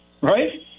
Right